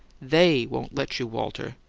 they won't let you, walter!